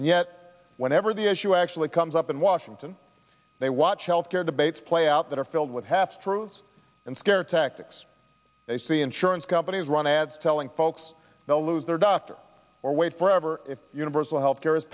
and yet whenever the issue actually comes up in washington they watch health care debates play out that are filled with half truths and scare tactics the insurance companies run ads telling folks they'll lose their doctor or wait forever if universal health care